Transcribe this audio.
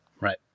Right